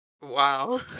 Wow